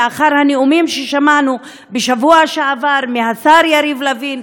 לאחר הנאומים ששמענו בשבוע שעבר מהשר יריב לוין,